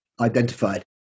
identified